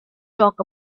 talk